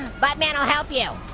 buttman will help you.